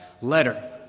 letter